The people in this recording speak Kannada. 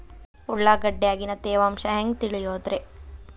ಉಳ್ಳಾಗಡ್ಯಾಗಿನ ತೇವಾಂಶ ಹ್ಯಾಂಗ್ ತಿಳಿಯೋದ್ರೇ?